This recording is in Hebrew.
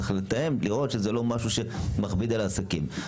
צריך לתאם ולראות שזה לא משהו שמכביד על העסקים.